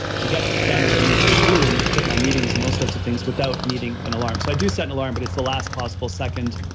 to get done what i needed to do and hit my meetings and those sorts of things without needing an alarm. so i do set an alarm, but it's the last possible second,